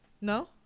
No